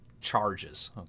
charges